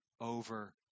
over